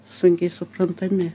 sunkiai suprantami